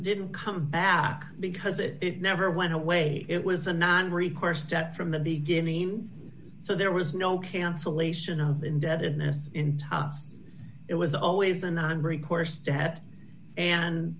didn't come back because it never went away it was a non recourse step from the beginning so there was no cancellation of indebtedness in tough it was always the